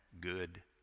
good